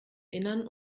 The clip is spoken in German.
innern